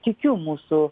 tikiu mūsų